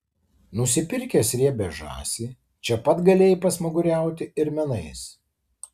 nusipirkęs riebią žąsį čia pat galėjai pasmaguriauti ir menais